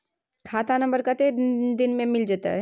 खाता नंबर कत्ते दिन मे मिल जेतै?